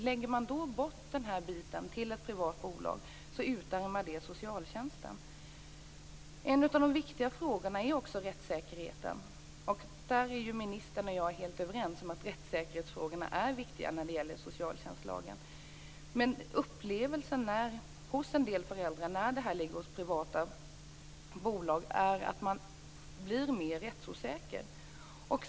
Lämnar man då bort den här biten till ett privat bolag utarmar det socialtjänsten. En av de viktiga frågorna är rättssäkerheten. Ministern och jag är helt överens om att rättssäkerhetsfrågorna är viktiga när det gäller socialtjänstlagen. Men en del föräldrar upplever att man blir mer rättsosäker när de här uppgifterna ligger hos privata bolag.